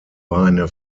weine